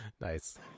Nice